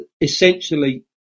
essentially